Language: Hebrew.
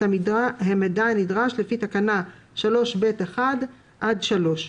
את המידע הנדרש לפי תקנת משנה 3(ב)(1) עד (3)."